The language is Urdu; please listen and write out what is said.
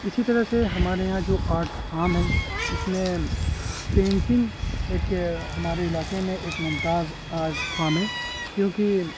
اسی طرح سے ہمارے یہاں جو آرٹس فام ہیں اس میں پینٹنگ ایک ہمارے علاقے میں ایک ممتاز آرٹ فام ہے کیونکہ